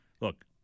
Look